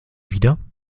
wieder